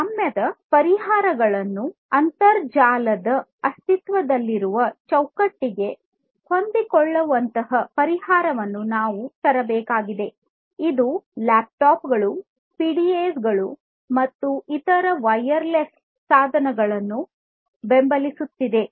ಈ ಸ್ವಾಮ್ಯದ ಪರಿಹಾರಗಳನ್ನು ಅಂತರ್ಜಾಲದ ಅಸ್ತಿತ್ವದಲ್ಲಿರುವ ಚೌಕಟ್ಟಿಗೆ ಹೊಂದಿಕೊಳ್ಳುವಂತಹ ಪರಿಹಾರವನ್ನು ನಾವು ತರಬೇಕಾಗಿದೆ ಇದು ಲ್ಯಾಪ್ಟಾಪ್ಗಳು ಪಿಡಿಎಗಳು ಮತ್ತು ಇತರ ವೈರ್ಲೆಸ್ ಸಾಧನಗಳನ್ನು ಬೆಂಬಲಿಸುತ್ತಿದೆ